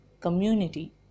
community